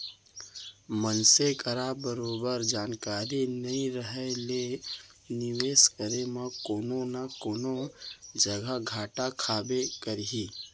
मनसे करा बरोबर जानकारी नइ रहें ले निवेस करे म कोनो न कोनो जघा घाटा खाबे करही